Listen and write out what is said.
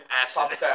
Acid